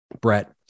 Brett